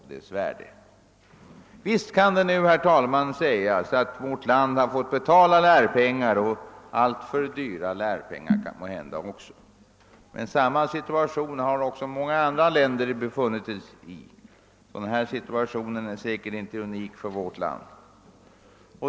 Visst kan det, herr talman, sägas att vårt land har fått betala lärpengar — kanske alltför stora. Men samma situation har många andra länder befunnit sig i — den är säkerligen inte unik för vårt land.